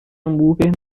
hambúrguer